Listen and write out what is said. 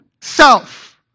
self